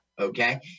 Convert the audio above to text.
okay